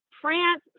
France